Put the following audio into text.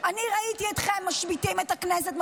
אני ראיתי אתכם משביתים את הכנסת,